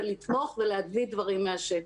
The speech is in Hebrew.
לתמוך ולהביא דברים מהשטח.